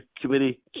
committee